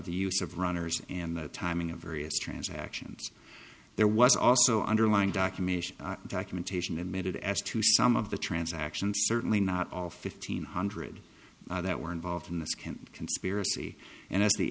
the use of runners and the timing of various transactions there was also underlying documentation documentation admitted as to some of the transactions certainly not all fifteen hundred that were involved in this current conspiracy and as the